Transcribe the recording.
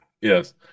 Yes